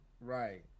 Right